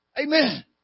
Amen